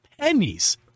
pennies